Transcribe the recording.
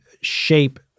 shape